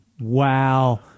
wow